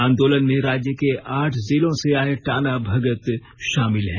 आंदोलन में राज्य के आठ जिलों से आए टाना भगत शामिल हैं